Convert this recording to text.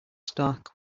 stark